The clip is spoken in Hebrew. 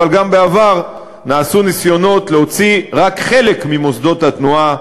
אבל גם בעבר נעשו ניסיונות להוציא רק חלק ממוסדות התנועה